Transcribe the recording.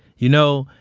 you know,